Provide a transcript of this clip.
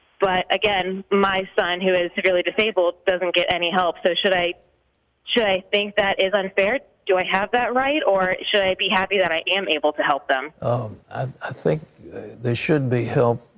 but, again, my son, who is severely disabled, doesn't get any help. so should i should i think that is unfair? do i have that right? or should i be happy that i am able to help him? pat um i think there should be help.